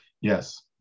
Yes